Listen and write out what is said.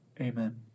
Amen